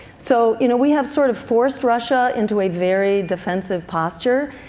so you know we have sort of forced russia into a very defensive posture,